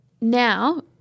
now